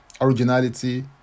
originality